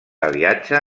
aliatge